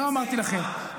לא אמרתי לכם,